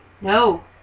No